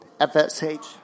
FSH